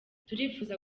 turifuza